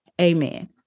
Amen